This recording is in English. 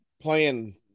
playing